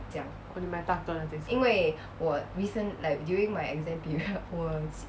oh 你买大个的